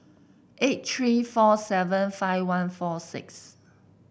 eight three four seven five one four six